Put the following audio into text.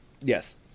Yes